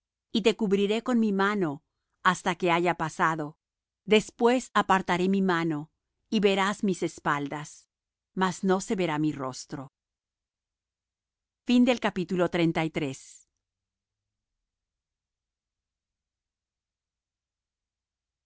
y te cubriré con mi mano hasta que haya pasado después apartaré mi mano y verás mis espaldas mas no se verá mi rostro y